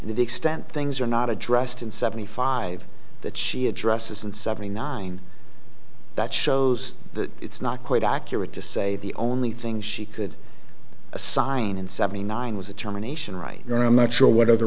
the extent things are not addressed in seventy five that she addresses and seventy nine that shows that it's not quite accurate to say the only thing she could assign and seventy nine was a terminations right there i'm not sure what other